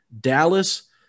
Dallas